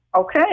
Okay